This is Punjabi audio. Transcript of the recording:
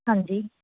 ਹਾਂਜੀ